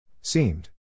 Seemed